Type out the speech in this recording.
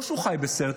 לא שהוא חי בסרט,